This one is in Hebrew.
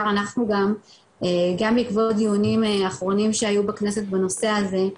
אנחנו גם בעקבות דיונים אחרונים שהיו בכנסת בנושא הזה,